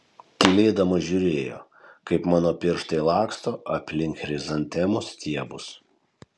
tylėdama žiūrėjo kaip mano pirštai laksto aplink chrizantemų stiebus